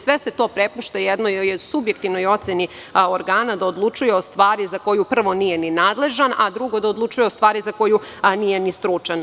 Sve se to prepušta jednoj subjektivnoj oceni organa da odlučuje o stvar za koju prvo nije nadležan, a drugo odlučuje o stvari za koju nije ni stručan.